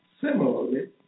Similarly